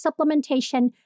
supplementation